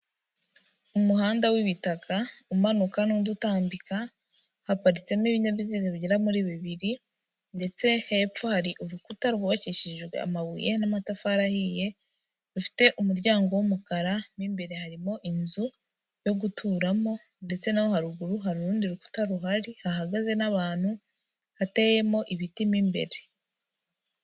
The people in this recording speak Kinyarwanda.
Umuhanda w'ibitaka, umanuka n'undi utambika haparitsemo ibinyabiziga bigera muri bibiri ndetse hepfo hari urukuta rwubakishijwe amabuye n'amatafari ahiye, bifite umuryango w'umukara n'imbere harimo inzu yo guturamo. Ndetse naho haruguru hari urundi rukuta ruhari, hahagaze n'abantu, hateyemo ibiti mo imbere.